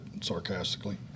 sarcastically